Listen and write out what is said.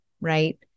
Right